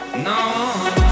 No